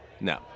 no